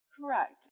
Correct